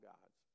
God's